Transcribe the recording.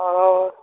ओ